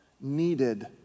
needed